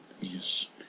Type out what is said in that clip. Yes